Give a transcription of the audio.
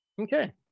Okay